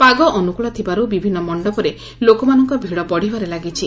ପାଗ ଅନୁକୂଳ ଥିବାରୁ ବିଭିନ୍ନ ମଣ୍ଡପରେ ଲୋକମାନଙ୍କ ଭିଡ଼ ବଢ଼ିବାରେ ଲାଗିଛି